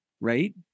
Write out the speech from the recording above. right